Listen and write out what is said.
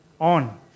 on